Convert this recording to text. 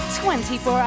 24